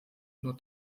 nur